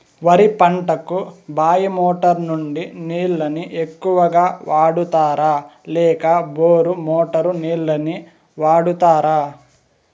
వరి పంటకు బాయి మోటారు నుండి నీళ్ళని ఎక్కువగా వాడుతారా లేక బోరు మోటారు నీళ్ళని వాడుతారా?